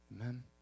Amen